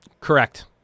Correct